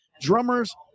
drummers